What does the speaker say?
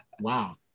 Wow